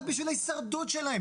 רק בשביל ההישרדות שלהם,